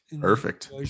Perfect